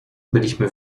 byliśmy